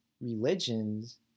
religions